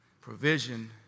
provision